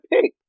pick